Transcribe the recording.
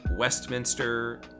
Westminster